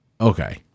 Okay